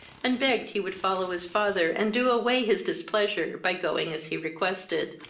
and begged he would follow his father, and do away his displeasure, by going as he requested.